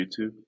YouTube